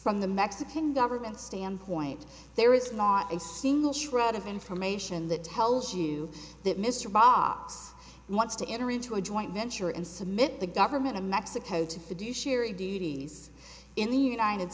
from the mexican government standpoint there is not a single shred of information that tells you that mr fox wants to enter into a joint venture and submit the government of mexico to fiduciary duties in the united